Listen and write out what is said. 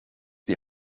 die